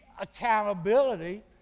accountability